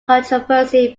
controversy